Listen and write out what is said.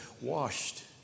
washed